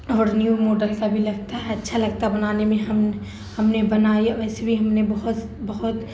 اور new model کا بھی لگتا ہے اچھا لگتا ہے بنانے میں ہم ہم نے بنائی اور ویسے بھی ہم نے بہت بہت